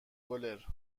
گلر